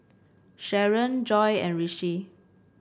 Sharen Joi and Rishi